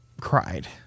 cried